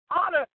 honor